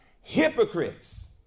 hypocrites